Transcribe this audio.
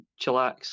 chillax